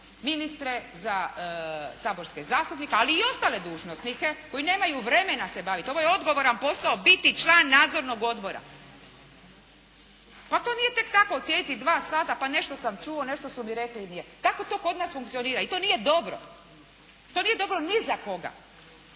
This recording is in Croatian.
ministre, za saborske zastupnike ali i ostale dužnosnike koji nemaju vremena se baviti. Ovo je odgovoran posao biti član nadzornog odbora. Pa to nije tek tako sjediti dva sata, pa nešto sam čuo, nešto su mi rekli i nije. Tako to kod nas funkcionira i to nije dobro. To nije dobro ni za koga